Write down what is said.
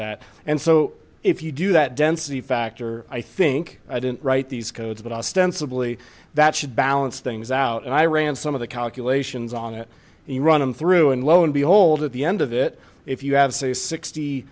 that and so if you do that density factor i think i didn't write these codes but ostensibly that should balance things out and i ran some of the calculations on it and you run through and lo and behold at the end of it if you have say sixty